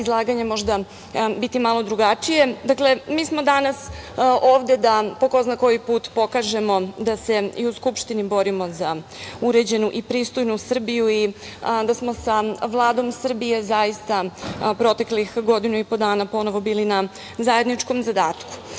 izlaganje možda biti malo drugačije. Dakle, mi smo danas ovde da po ko zna koji put pokažemo da se i u Skupštini borimo za uređenu i pristojnu Srbiju i da smo sa Vladom Srbije zaista proteklih godinu i po dana ponovo bili na zajedničkom zadatku. Predlozi